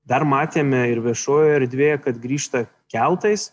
dar matėme ir viešojoje erdvėje kad grįžta keltais